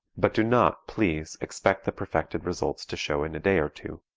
but do not, please, expect the perfected results to show in a day or two.